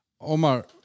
Omar